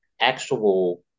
actual